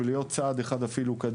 ואפילו להיות צעד אחד קדימה.